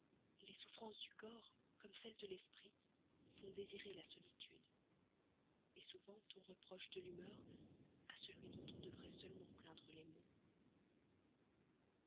les souffrances du corps comme celles de l'esprit font désirer la solitude souvent on reproche de l'humeur à celui dont on devrait seulement plaindre les maux